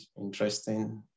interesting